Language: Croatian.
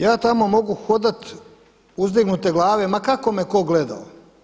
Ja tamo mogu hodati uzdignute glave ma kako me tko gledao.